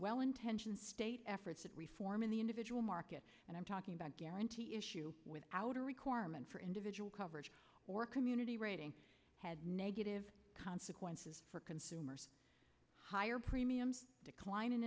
well intentioned state efforts at reform in the individual market and i'm talking about guarantee issue without a requirement for individual coverage or community rating had negative consequences for consumers higher premiums declining